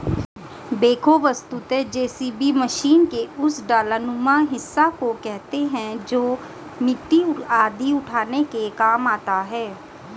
backhoe वस्तुतः JCB machine के उस डालानुमा हिस्सा को कहते हैं जो मिट्टी आदि उठाने के काम आता है